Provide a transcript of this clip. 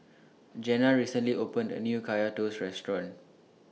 Janna recently opened A New Kaya Toast Restaurant